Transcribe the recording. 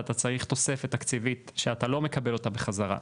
אתה צריך תוספת תקציבית שאתה לא מקבל אותו חזרה,